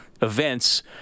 events